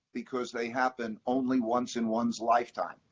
because they happen only once in one's lifetime.